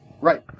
Right